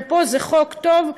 ופה זה חוק טוב,